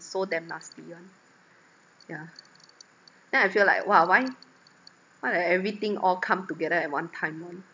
so damn nasty [one] yeah then I feel like !wah! why why like that everything all come together at one time [one]